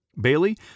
Bailey